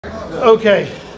Okay